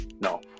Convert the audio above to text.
No